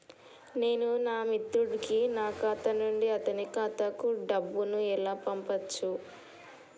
నేను నా మిత్రుడి కి నా ఖాతా నుండి అతని ఖాతా కు డబ్బు ను ఎలా పంపచ్చు?